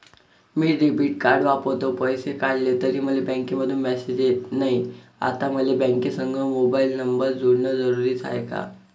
मी debit card वापरतो, पैसे काढले तरी मले बँकेमंधून मेसेज येत नाय, आता मले बँकेसंग मोबाईल नंबर जोडन जरुरीच हाय का?